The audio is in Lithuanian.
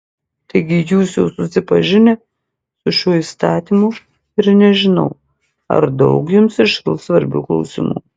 taigi jūs jau susipažinę su šiuo įstatymu ir nežinau ar daug jums iškils svarbių klausimų